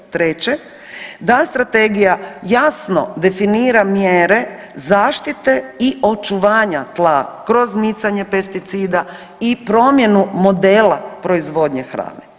Treće, da Strategija jasno definira mjere zaštite i očuvanja tla kroz nicanje pesticida i promjenu modela proizvodnje hrane.